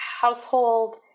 household